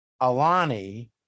Alani